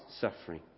suffering